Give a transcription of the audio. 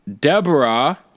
Deborah